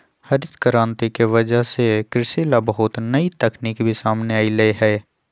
हरित करांति के वजह से कृषि ला बहुत नई तकनीक भी सामने अईलय है